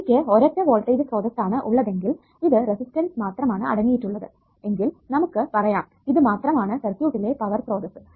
എനിക്ക് ഒരൊറ്റ വോൾടേജ് സ്രോതസ്സ് ആണ് ഉള്ളതെങ്കിൽ ഇത് റെസിസ്റ്റർസ് മാത്രമാണ് അടങ്ങിയിട്ട് ഉള്ളതെങ്കിൽ നമുക്ക് പറയാം ഇത് മാത്രം ആണ് സർക്യൂട്ടിലേ പവർ സ്രോതസ്സ്